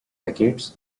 decades